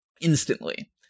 instantly